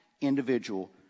individual